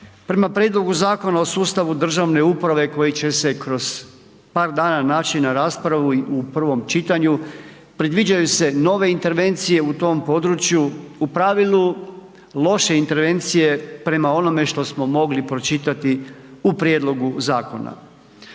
prema Prijedlogu Zakona o sustavu državne uprave koji će se kroz par dana naći na raspravi u prvom čitanju. Predviđaju se nove intervencije u tom podruju. U pravilu, loše intervencije prema onome što smo mogli pročitati u prijedlogu zakona.